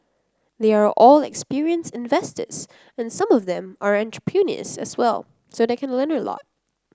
they are all experienced investors and some of them are entrepreneurs as well so they can learn a lot